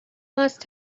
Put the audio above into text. must